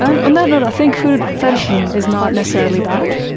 um on that note i think food fetishism is not necessarily bad.